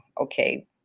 okay